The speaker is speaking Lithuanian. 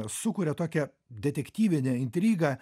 sukuria tokią detektyvinę intrigą